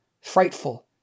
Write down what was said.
frightful